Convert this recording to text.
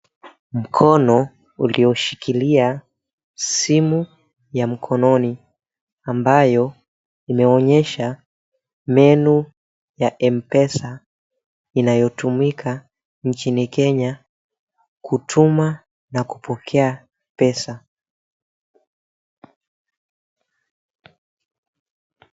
Mkono ulioshikilia simu ya mkononi ambayo imeonyesha menu ya Mpesa inayotumika nchini Kenya kutuma na kupokea pesa.